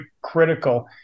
critical